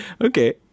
Okay